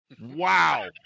Wow